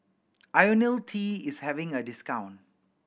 Ionil T is having a discount